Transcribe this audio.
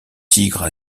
tigres